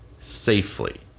safely